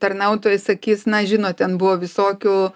tarnautojai sakys na žinot ten buvo visokių